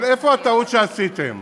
אבל איפה הטעות שעשיתם?